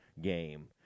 game